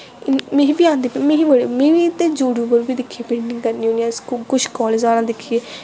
मिगी ते आंदी मिगी मिगी ते यूट्यूब पर बी दिक्खियै पेंटिंग करनी होन्नी कुछ कालेज आह्लें गी दिक्खियै